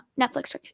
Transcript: netflix